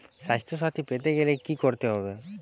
স্বাস্থসাথী পেতে গেলে কি করতে হবে?